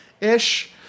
ish